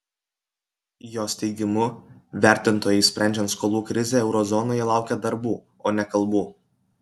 jos teigimu vertintojai sprendžiant skolų krizę euro zonoje laukia darbų o ne kalbų